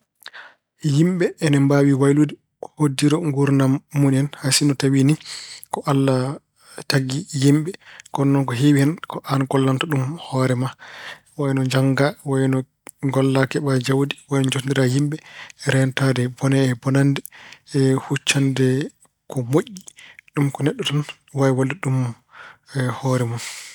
Yimɓe ina mbaawi waylude hoddiro nguurndam mun en. Hay sinno tawa nii ko Allah tagi yimɓe, kono noon ko heewi hen ko aan gollanta hoore ma wayino jannga, wayino golla keɓa jawdi, wayino jotondira e yimɓe, reentaade bone e bonannde e huccande ko moƴƴi. Ɗum ko neɗɗo tan waawi wallude hoore mun.